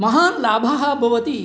महान् लाभः भवति